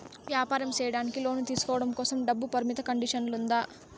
వ్యాపారం సేయడానికి లోను తీసుకోవడం కోసం, డబ్బు పరిమితి కండిషన్లు ఉందా?